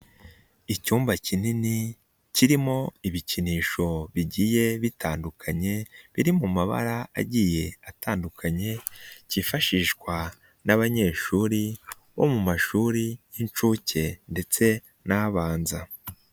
Icyumba kinini kirimo ibikinisho bigiye bitandukanye, biri mu mabara agiye atandukanye, kifashishwa n'abanyeshuri bo mu mashuri y'inshuke ndetse n'abanza.